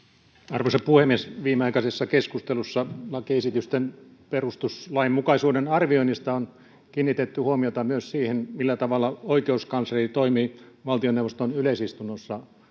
arvoisa puhemies viimeaikaisessa keskustelussa lakiesitysten perustuslainmukaisuuden arvioinnista on kiinnitetty huomiota myös siihen millä tavalla oikeuskansleri toimii valtioneuvoston yleisistunnossa